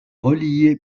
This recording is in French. relié